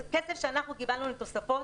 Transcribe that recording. זה כסף שאנחנו קיבלנו לתוספות.